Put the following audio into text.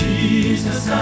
Jesus